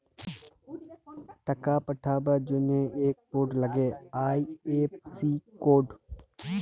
টাকা পাঠাবার জনহে ইক কোড লাগ্যে আই.এফ.সি কোড